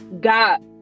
got